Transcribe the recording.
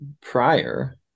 prior